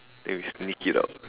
then we sneak it out